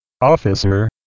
officer